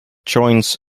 joins